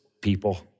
people